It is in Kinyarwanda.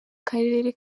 karere